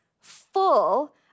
full